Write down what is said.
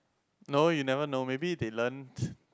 no you never know maybe they learnt